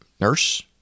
nurse